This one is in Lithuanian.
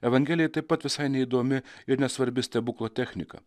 evangelijai taip pat visai neįdomi ir nesvarbi stebuklo technika